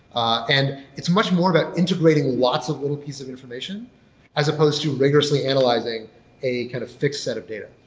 ah and it's much more about integrating lots of little pieces of information as supposed to rigorously analyzing a kind of fixed set of data.